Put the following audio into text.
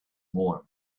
warm